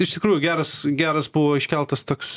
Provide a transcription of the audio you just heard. ir iš tikrųjų geras geras buvo iškeltas toks